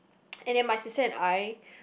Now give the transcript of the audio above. and then my sister and I